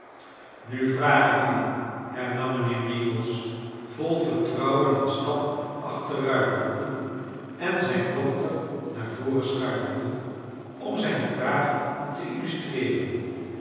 nu vraag ik u hernam rnijn heer meagles vol vertrouwen een stap achteruit doende en zijn dochter naar voren schuivende om zijn vraag te